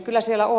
kyllä siellä on